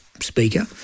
speaker